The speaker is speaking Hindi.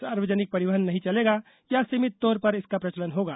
सार्वजनिक परिवहन नही चलेगा या सीमित तौर पर इसका प्रचालन होगा